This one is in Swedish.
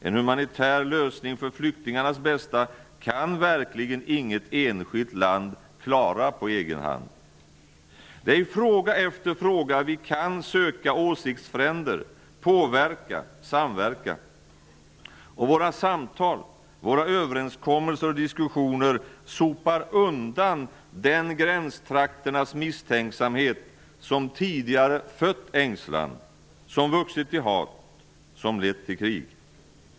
En humanitär lösning för flyktingarnas bästa kan verkligen inget enskilt land klara på egen hand. Det är i fråga efter fråga vi kan söka åsiktsfränder, påverka och samverka. Våra samtal, våra överenskommelser och diskussioner sopar undan den gränstrakternas misstänksamhet som tidigare fött ängslan, som vuxit till hat, som lett till krig.